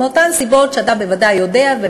מאותן סיבות שאתה יודע ומצדיק,